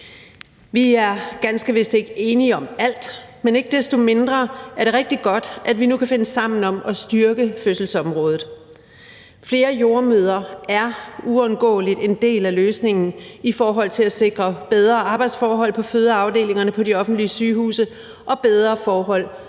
Vi er ganske vist ikke enige om alt, men ikke desto mindre er det rigtig godt, at vi nu kan finde sammen om at styrke fødselsområdet. Flere jordemødre er uundgåeligt en del af løsningen i forhold til at sikre bedre arbejdsforhold på fødeafdelingerne på de offentlige sygehuse og bedre forhold for